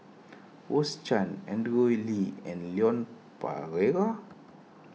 Rose Chan Andrew Lee and Leon